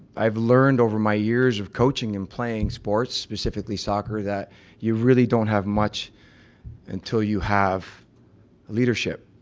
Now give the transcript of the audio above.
i've learned over my years of coaching and playing sports, specifically soccer that you really don't have much until you have leadership.